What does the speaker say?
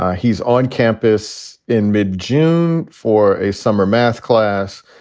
he's on campus in mid-june for a summer math class.